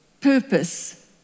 purpose